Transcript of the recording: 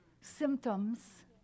symptoms